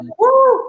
woo